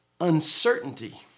uncertainty